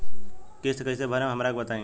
किस्त कइसे भरेम हमरा के बताई?